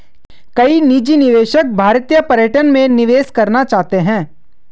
कई निजी निवेशक भारतीय पर्यटन में निवेश करना चाहते हैं